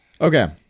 Okay